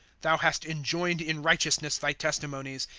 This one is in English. thou hast enjoined in righteousness thy testimonies,